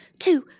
two,